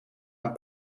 een